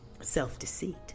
self-deceit